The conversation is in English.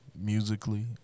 musically